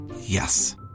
Yes